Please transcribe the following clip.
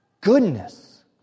goodness